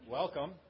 Welcome